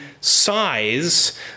size